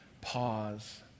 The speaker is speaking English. pause